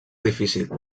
difícil